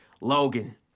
Logan